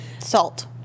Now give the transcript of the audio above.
Salt